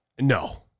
no